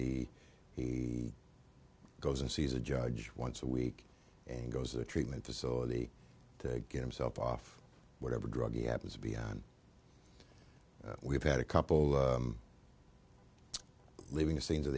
he he goes and sees a judge once a week and goes the treatment facility to get himself off whatever drug he happens to be on we have had a couple living the scenes of